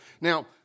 Now